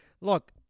Look